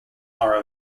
are